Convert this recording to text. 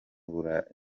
burangiye